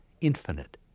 infinite